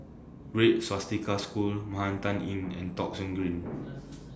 Red Swastika School Manhattan Inn and Thong Soon Green